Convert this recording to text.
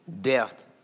death